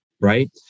right